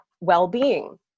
well-being